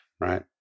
Right